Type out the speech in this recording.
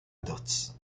dots